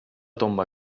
tomba